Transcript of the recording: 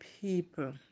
people